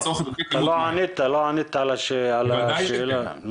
לא ענית על השאלה.